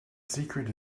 secret